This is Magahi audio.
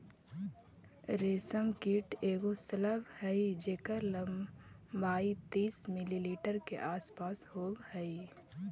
रेशम कीट एगो शलभ हई जेकर लंबाई तीस मिलीमीटर के आसपास होब हई